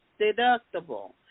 deductible